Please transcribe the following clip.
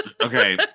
okay